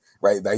Right